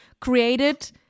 created